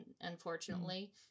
unfortunately